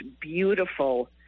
beautiful